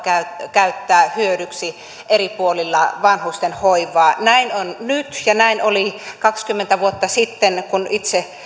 käyttää hyödyksi eri puolilla vanhustenhoivaa näin on nyt ja näin oli kaksikymmentä vuotta sitten kun itse